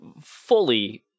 fully